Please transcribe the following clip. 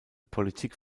politik